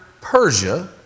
Persia